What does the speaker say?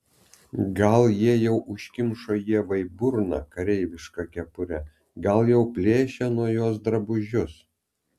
gal jie jau užkimšo ievai burną kareiviška kepure gal jau plėšia nuo jos drabužius